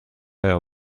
air